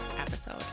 episode